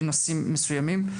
בנושאים מסוימים.